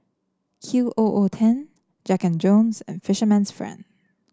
Q O O ten Jack And Jones and Fisherman's Friend